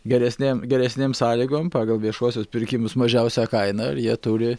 geresnėm geresnėm sąlygom pagal viešuosius pirkimus mažiausią kainą ir jie turi